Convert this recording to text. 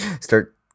Start